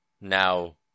now